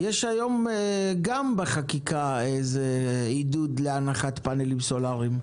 יש היום גם בחקיקה עידוד להנחת פאנלים סולאריים.